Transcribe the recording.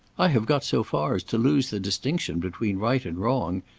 i have got so far as to lose the distinction between right and wrong.